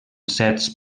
certs